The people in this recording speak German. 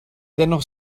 dennoch